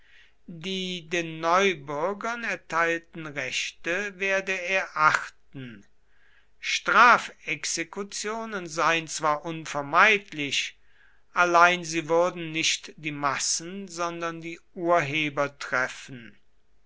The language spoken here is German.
die den neubürgern erteilten rechte werde er achten strafexekutionen seien zwar unvermeidlich allein sie würden nicht die massen sondern die urheber treffen